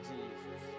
Jesus